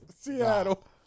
Seattle